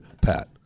PAT